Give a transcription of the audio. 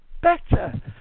better